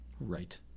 Right